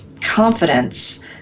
confidence